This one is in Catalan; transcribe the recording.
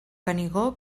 canigó